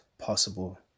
possible